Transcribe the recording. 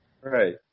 right